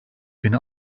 bin